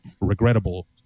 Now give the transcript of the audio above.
regrettable